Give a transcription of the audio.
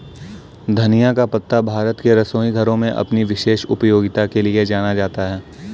धनिया का पत्ता भारत के रसोई घरों में अपनी विशेष उपयोगिता के लिए जाना जाता है